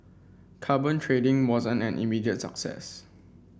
carbon trading wasn't an immediate success